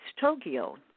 Tokyo